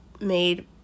made